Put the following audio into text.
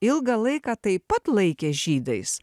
ilgą laiką taip pat laikė žydais